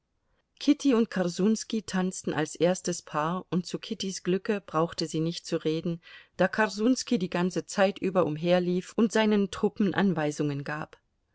kitty und korsunski tanzten als erstes paar und zu kittys glücke brauchte sie nicht zu reden da korsunski die ganze zeit über umherlief und seinen truppen anweisungen gab